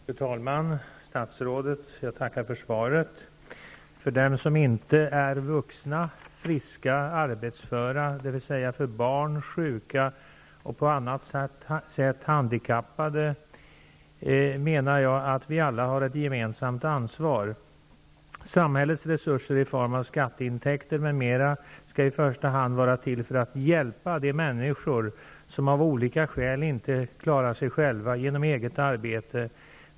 Fru talman, statsrådet! Jag tackar för svaret. För dem som inte är vuxna, friska och arbetsföra, dvs. för barn, sjuka och på annat sätt handikappade, har vi alla ett gemensamt ansvar, menar jag. Samhällets resurser i form av skatteintäkter m.m. skall i första hand vara till för att hjälpa de människor som av olika skäl inte klarar sig själva genom eget arbete.